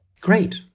Great